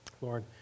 Lord